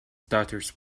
stutters